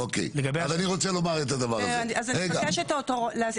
אז אני רוצה לומר את הדבר הזה --- אז אני מבקשת הסבר,